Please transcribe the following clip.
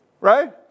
right